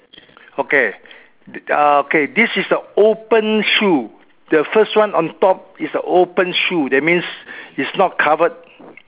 okay uh K this a open shoe the first one on top is a open shoe that means it's not covered